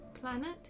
planet